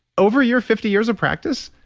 over your fifty years of practice,